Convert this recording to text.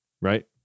right